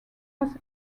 was